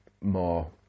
more